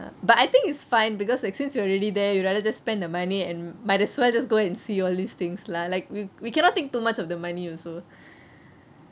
but I think it's fine because like since you are already there you'd rather just spend the money and might as well just go and see all these things lah like we we cannot think too much of the money also